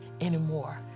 anymore